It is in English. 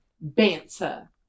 banter